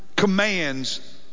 commands